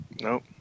Nope